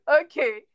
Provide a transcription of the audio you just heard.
Okay